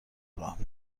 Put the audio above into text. راه